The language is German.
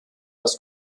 das